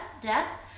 death